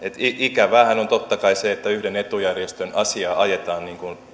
ikäväähän on totta kai se että yhden etujärjestön asiaa ajetaan